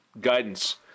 guidance